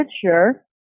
sure